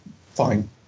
fine